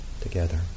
together